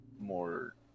more